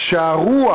הרוח